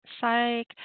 psych